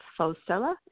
Fosella